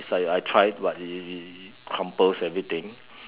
it's like I tried but it crumples everything